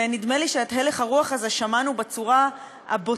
ונדמה לי שאת הלך הרוח הזה שמענו בצורה הבוטה,